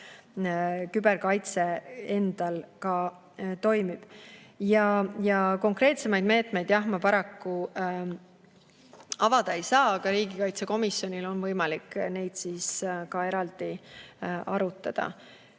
küberkaitse endal ikka toimib. Konkreetsemaid meetmeid ma paraku avada ei saa, aga riigikaitsekomisjonil on võimalik neid ka eraldi arutada.